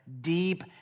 deep